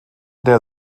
der